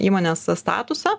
įmonės statusą